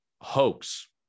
Hoax